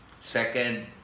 Second